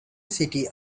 city